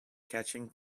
catching